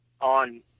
on